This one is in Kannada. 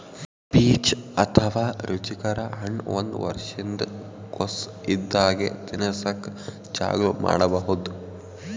ಪೀಚ್ ಅಥವಾ ರುಚಿಕರ ಹಣ್ಣ್ ಒಂದ್ ವರ್ಷಿನ್ದ್ ಕೊಸ್ ಇದ್ದಾಗೆ ತಿನಸಕ್ಕ್ ಚಾಲೂ ಮಾಡಬಹುದ್